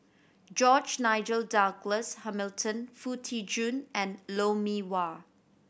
George Nigel Douglas Hamilton Foo Tee Jun and Lou Mee Wah